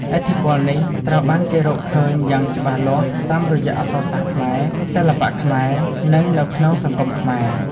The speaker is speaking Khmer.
ឥទ្ធិពលនេះត្រូវបានគេរកឃើញយ៉ាងច្បាស់លាស់តាមរយៈអក្សរសាស្ត្រខ្មែរ សិល្បៈខ្មែរ និងនៅក្នុងសង្គមខ្មែរ។